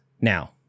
now